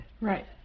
Right